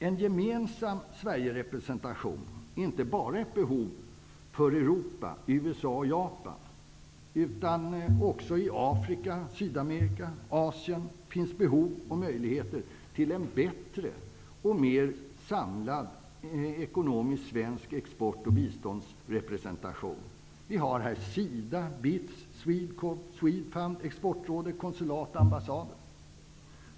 En gemensam Sverigerepresentation är inte bara ett behov för Europa, USA och Japan. Också i Afrika, Sydamerika och Asien finns behov av och möjligheter till en bättre och mer samlad ekonomisk svensk export och biståndsrepresentation. Vi har här SIDA BITS, Swedecorp, Swedefund, Exportrådet, konsulat och ambassader.